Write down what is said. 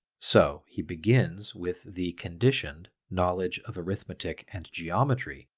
so he begins with the conditioned knowledge of arithmetic and geometry,